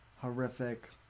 horrific